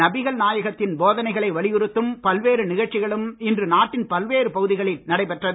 நபிகள் நாயகத்தின் போதனைகளை வலியுறுத்தும் பல்வேறு நிகழ்ச்சிகளும் இன்று நாட்டின் பல்வேறு பகுதிகளில் நடைபெற்றது